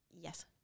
Yes